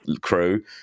crew